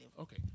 Okay